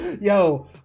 Yo